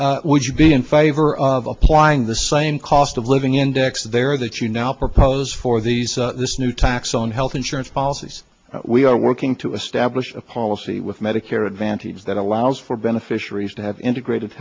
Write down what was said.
would you be in favor of applying the same cost of living index there that you now propose for these this new tax on health insurance policies we are working to establish a policy with medicare advantage that allows for beneficiaries to have integrated